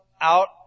out